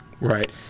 Right